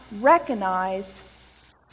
recognize